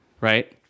Right